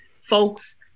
folks